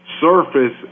surface